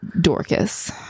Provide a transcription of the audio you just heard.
Dorcas